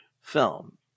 film